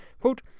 Quote